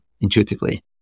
intuitively